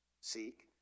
seek